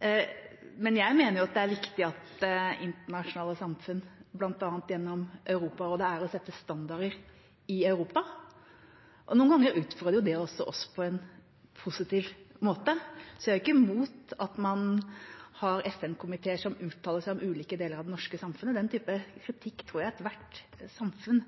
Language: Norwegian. Jeg mener at det er viktig at det internasjonale samfunn bl.a. gjennom Europarådet setter standarder i Europa. Noen ganger utfordrer jo det også oss på en positiv måte, så jeg er ikke imot at man har FN-komiteer som uttaler seg om ulike deler av det norske samfunnet. Den type kritikk tror jeg at ethvert samfunn